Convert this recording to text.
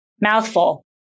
mouthful